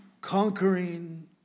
conquering